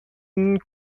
not